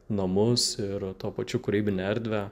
namus ir tuo pačiu kūrybinę erdvę